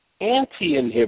anti-inhibitor